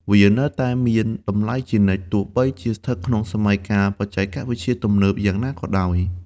វានៅតែមានតម្លៃជានិច្ច ទោះបីជាស្ថិតក្នុងសម័យកាលបច្ចេកវិទ្យាទំនើបយ៉ាងណាក៏ដោយ។